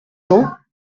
cents